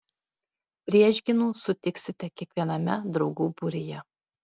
priešgynų sutiksite kiekviename draugų būryje